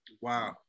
wow